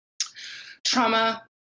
trauma